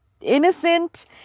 innocent